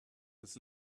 this